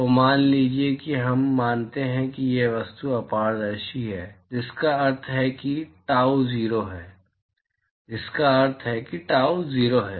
तो मान लीजिए कि हम मानते हैं कि ये वस्तुएं अपारदर्शी हैं जिसका अर्थ है कि ताऊ 0 है जिसका अर्थ है कि ताऊ 0 है